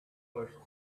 first